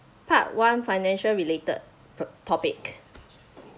part one financial related to~ topic